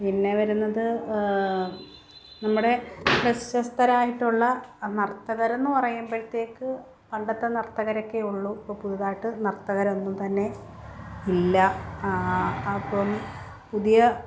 പിന്നെ വരുന്നത് നമ്മുടെ പ്രശസ്തരായിട്ടുള്ള നർത്തകരെന്ന് പറയുമ്പോഴത്തേക്ക് പണ്ടത്തെ നർത്തകരൊക്കെ ഉള്ളൂ ഇപ്പോൾ പുതുതായിട്ട് നർത്തകരൊന്നും തന്നെ ഇല്ല അപ്പോൾ പുതിയ